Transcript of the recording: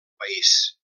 país